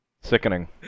Sickening